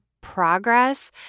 progress